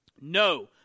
No